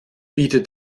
bietet